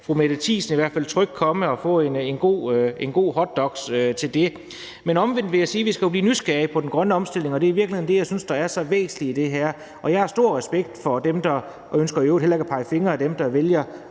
fru Mette Thiesen i hvert fald trygt komme og få en god hotdog. Omvendt vil jeg sige, at vi jo skal blive nysgerrige på den grønne omstilling, og det er i virkeligheden det, jeg synes er så væsentligt i det her. Jeg har stor respekt for dem – og jeg ønsker ikke at pege fingre ad dem – der vælger